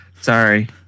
Sorry